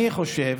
אני חושב